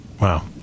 Wow